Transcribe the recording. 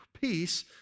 peace